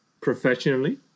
professionally